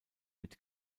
mit